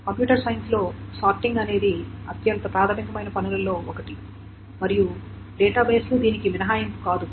computer science లో sorting అనేది అత్యంత ప్రాథమికమైన పనులలో ఒకటి మరియు డేటాబేస్లు దీనికి మినహాయింపు కాదు